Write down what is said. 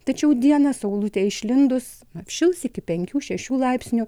tačiau dieną saulutei išlindus atšils iki penkių šešių laipsnių